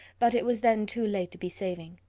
but it was then too late to be saving.